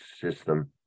system